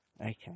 Okay